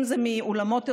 אם זה מאולמות אירועים,